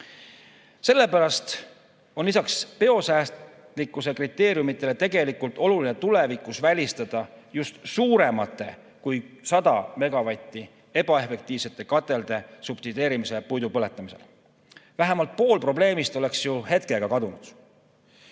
Sellepärast on lisaks biosäästlikkuse kriteeriumide [seadmisele] tegelikult oluline tulevikus välistada just suuremate kui 100 megavatti ebaefektiivsete katelde subsideerimine puidu põletamisel. Vähemalt pool probleemist oleks hetkega kadunud. Nüüd